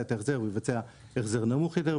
את ההחזר והוא יבצע החזר נמוך יותר,